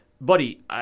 Buddy